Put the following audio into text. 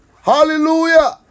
Hallelujah